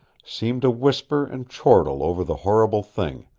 seemed to whisper and chortle over the horrible thing,